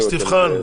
אז תבחן.